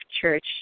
Church